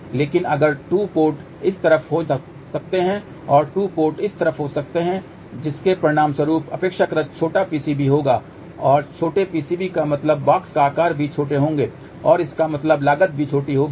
लेकिन अगर 2 पोर्ट इस तरफ हो सकते हैं और 2 पोर्ट इस तरफ हो सकते हैं जिसके परिणामस्वरूप अपेक्षाकृत छोटा PCB होगा और छोटे PCB का मतलब बॉक्स का आकार भी छोटे होगें और इसका मतलब लागत भी छोटी होगी